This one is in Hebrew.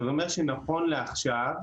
זה אומר שנכון לעכשיו,